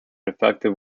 effective